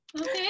Okay